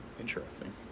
interesting